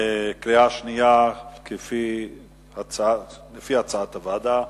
לפי הצעת הוועדה.